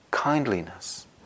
Kindliness